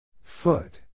Foot